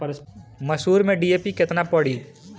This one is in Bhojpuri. मसूर में डी.ए.पी केतना पड़ी?